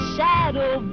Shadow